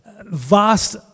vast